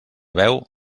veu